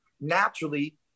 naturally